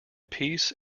peace